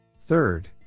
Third